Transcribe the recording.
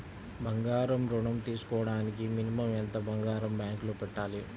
బంగారం ఋణం తీసుకోవడానికి మినిమం ఎంత బంగారం బ్యాంకులో పెట్టాలి?